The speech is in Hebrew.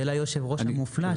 וליושב ראש המופלא,